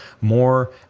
more